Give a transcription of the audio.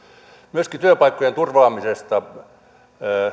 myöskin työpaikkojen turvaamisesta